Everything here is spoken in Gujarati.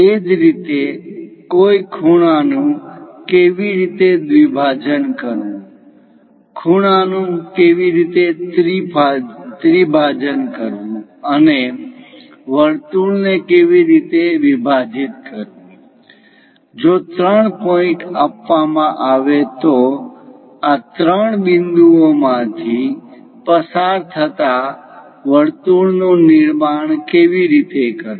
એ જ રીતે કોઈ ખૂણા નુ કેવી રીતે દ્વિભાજન કરવું ખૂણાનુ કેવી રીતે ત્રિભાજન કરવું અને વર્તુળ ને કેવી રીતે વિભાજિત કરવું જો ત્રણ પોઇન્ટ આપવામાં આવે તો આ ત્રણ બિંદુઓમાંથી પસાર થતા વર્તુળ નું નિર્માણ કેવી રીતે કરવું